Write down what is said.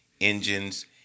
engines